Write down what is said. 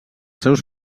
seus